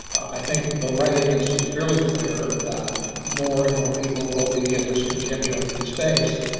i think the writing is truly clear that more and more people will be in this contingent space,